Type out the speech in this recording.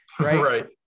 Right